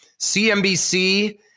CNBC